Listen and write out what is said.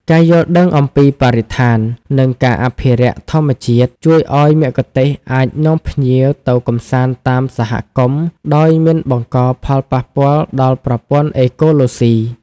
ការយល់ដឹងអំពីបរិស្ថាន និងការអភិរក្សធម្មជាតិ ជួយឱ្យមគ្គុទ្ទេសក៍អាចនាំភ្ញៀវទៅកម្សាន្តតាមសហគមន៍ដោយមិនបង្កផលប៉ះពាល់ដល់ប្រព័ន្ធអេកូឡូស៊ី។